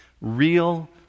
real